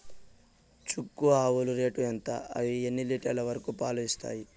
చుక్క ఆవుల రేటు ఎంత? అవి ఎన్ని లీటర్లు వరకు పాలు ఇస్తాయి?